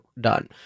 done